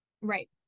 Right